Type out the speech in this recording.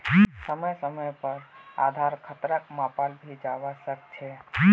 समय समय पर आधार खतराक मापाल भी जवा सक छे